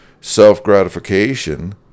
self-gratification